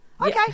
Okay